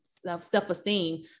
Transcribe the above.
self-esteem